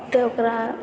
आब तऽ ओकरा